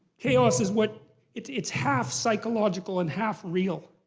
chaos is what it's it's half psychological and half real.